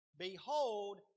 Behold